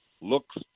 looks